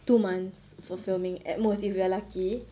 two months for filming at most if you're lucky